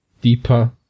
deeper